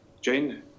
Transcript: Jane